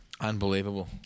Unbelievable